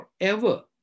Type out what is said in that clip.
forever